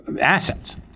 assets